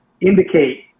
indicate